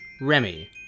Remy